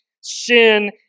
Sin